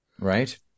Right